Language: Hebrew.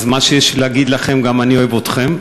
אז מה שיש לי להגיד לכם: גם אני אוהב אתכם.